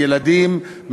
מילדים,